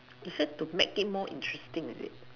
you said to make it more interesting is it